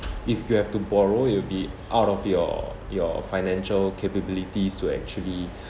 if you have to borrow it will be out of your your financial capabilities to actually